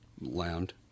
land